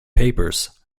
papers